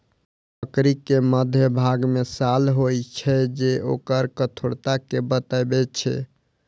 लकड़ी के मध्यभाग मे साल होइ छै, जे ओकर कठोरता कें बतबै छै